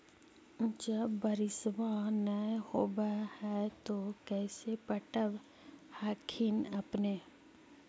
जब बारिसबा नय होब है तो कैसे पटब हखिन अपने?